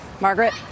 Margaret